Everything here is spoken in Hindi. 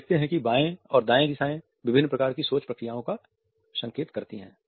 आप देखते है कि बाएं और दाएं दिशाएं विभिन्न प्रकार की सोच प्रक्रियाओं का संकेत करती हैं